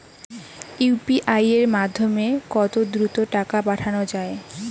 UPI এর মাধ্যমে কত দ্রুত টাকা পাঠানো যায়?